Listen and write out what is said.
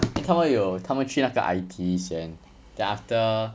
因为他们有他们去那个 I_T_E 先 then after